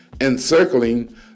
encircling